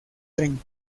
tren